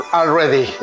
already